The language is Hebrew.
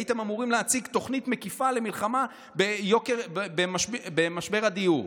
הייתם אמורים להציג תוכנית מקיפה למלחמה במשבר הדיור.